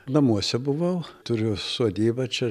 namuose buvau turiu sodybą čia